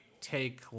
take